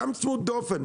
גם צמוד דופן.